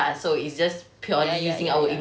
ya ya ya ya